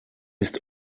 ist